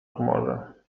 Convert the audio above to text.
humorze